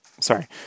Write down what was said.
sorry